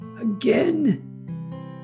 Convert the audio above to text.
again